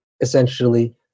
essentially